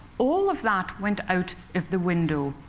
all of that went out of the window.